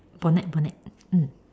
bonnet bonnet mm